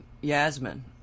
Yasmin